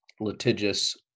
litigious